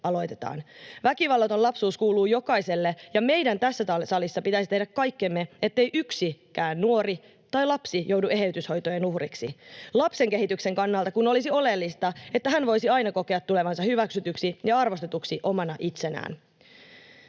aloitetaan. Väkivallaton lapsuus kuuluu jokaiselle, ja meidän tässä täällä salissa pitäisi tehdä kaikkemme, ettei yksikään nuori tai lapsi joudu eheytyshoitojen uhriksi — lapsen kehityksen kannalta kun olisi oleellista, että hän voisi aina kokea tulevansa hyväksytyksi ja arvostetuksi omana itsenään.